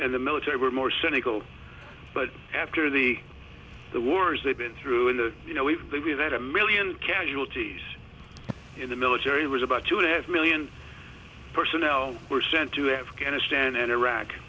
in the military were more cynical but after the the worst they've been through in the you know we've given that a million casualties in the military was about to have million personnel were sent to afghanistan and iraq